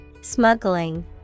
Smuggling